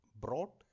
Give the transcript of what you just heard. brought